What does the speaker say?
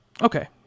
Okay